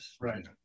Right